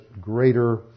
greater